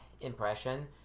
impression